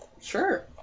sure